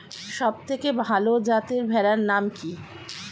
সবথেকে ভালো যাতে ভেড়ার নাম কি?